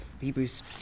Hebrews